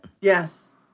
Yes